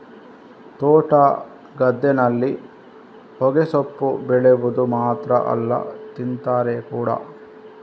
ತೋಟ, ಗದ್ದೆನಲ್ಲಿ ಹೊಗೆಸೊಪ್ಪು ಬೆಳೆವುದು ಮಾತ್ರ ಅಲ್ಲ ತಿಂತಾರೆ ಕೂಡಾ